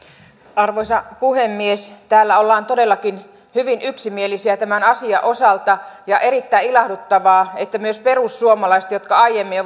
arvoisa puhemies täällä ollaan todellakin hyvin yksimielisiä tämän asian osalta ja on erittäin ilahduttavaa että myös perussuomalaiset jotka aiemmin